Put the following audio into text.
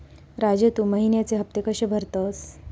राजू, तू महिन्याचे हफ्ते कशे भरतंस?